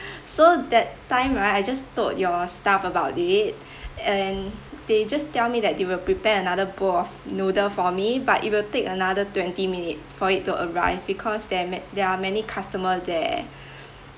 so that time right I just told your staff about it and they just tell me that they will prepare another bowl of noodle for me but it will take another twenty minute for it to arrive because there ma~ there're many customer there